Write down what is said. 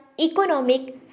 economic